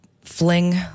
fling